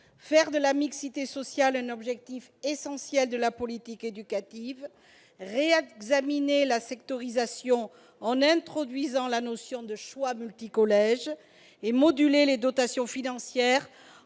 faire de la mixité sociale un objectif essentiel de la politique éducative, réexaminer la sectorisation en introduisant la notion de choix multi-collèges et moduler les dotations financières